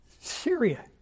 Syria